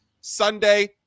Sunday